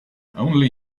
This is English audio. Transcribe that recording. only